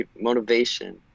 motivation